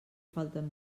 falten